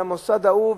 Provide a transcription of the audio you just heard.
למוסד ההוא,